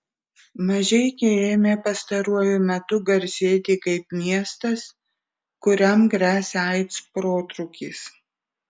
mažeikiai ėmė pastaruoju metu garsėti kaip miestas kuriam gresia aids protrūkis